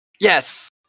Yes